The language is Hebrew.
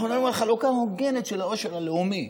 אנחנו מדברים על חלוקה הוגנת של העושר הלאומי.